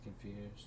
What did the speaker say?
confused